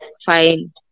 Fine